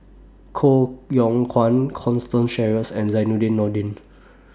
Koh Yong Guan Constance Sheares and Zainudin Nordin